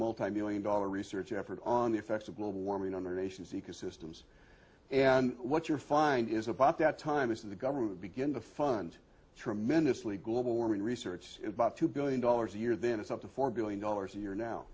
multimillion dollar research effort on the effects of global warming on the nation's ecosystems and what your fine is about that time is that the government would begin to fund tremendously global warming research is about two billion dollars a year then it's up to four billion dollars a year now